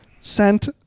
sent